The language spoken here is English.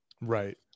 Right